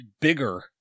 bigger